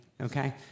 Okay